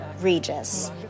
Regis